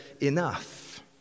Enough